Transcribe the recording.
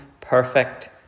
perfect